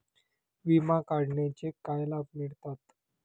विमा काढण्याचे काय लाभ मिळतात?